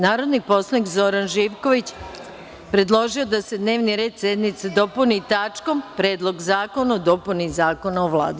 Narodni poslanik Zoran Živković, predložio je da se dnevni red sednice dopuni tačkom – Predlog zakona o dopuni Zakona o Vladi.